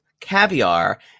caviar